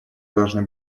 должны